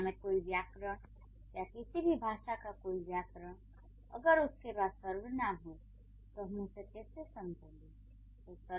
दुनिया में कोई व्याकरण या किसी भी भाषा का कोई व्याकरण अगर उसके पास सर्वनाम है तो हम उसे कैसे समझेंगे